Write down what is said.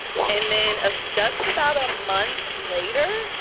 and then of just about a month later,